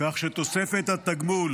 כך שתוספת התגמול